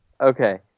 Okay